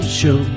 show